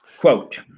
quote